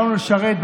באנו לשרת,